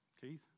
keith